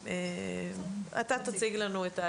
אתה תציג לנו.